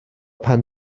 pan